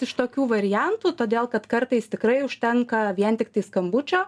iš tokių variantų todėl kad kartais tikrai užtenka vien tiktai skambučio